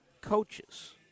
coaches